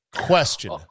Question